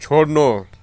छोड्नु